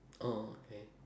orh okay